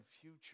future